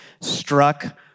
struck